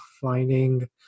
finding